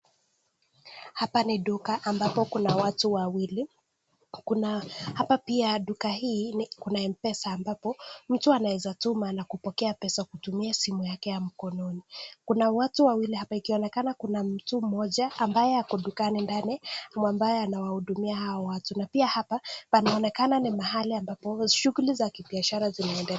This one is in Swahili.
Hapa ni duka ambapo kuna watu wawili, kuna hapa pia duka hii ni kuna M-Pesa ambapo mtu anaweza tuma na kupokea pesa kutumia simu yake ya mkononi. Kuna watu wawili hapa ikionekana kuna mtu mmoja ambaye ako dukani ndani ambaye anawahudumia hao watu. Na pia hapa panaonekana ni mahali ambapo shughuli za kibiashara zinaendelea.